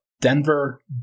Denver